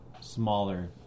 Smaller